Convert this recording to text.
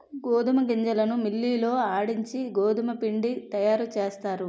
గోధుమ గింజలను మిల్లి లో ఆడించి గోధుమపిండి తయారుచేస్తారు